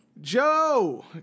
Joe